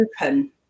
open